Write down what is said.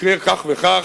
יקרה כך וכך,